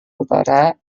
utara